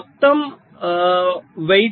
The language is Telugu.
మొత్తం వెయిటెడ్ మొత్తం 1